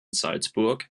salzburg